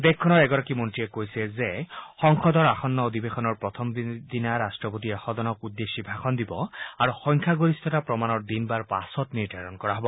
দেশখনৰ এগৰাকী মন্ত্ৰীয়ে কৈছে যে সংসদৰ আসন্ন অধিবেশনৰ প্ৰথমদিনা ৰাট্টপতিয়ে সদনক উদ্দেশ্যি ভাষণ দিব আৰু সংখ্যাগৰিষ্ঠতা প্ৰমাণৰ দিন বাৰ পাছত নিৰ্ধাৰণ কৰা হব